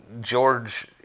George